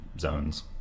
zones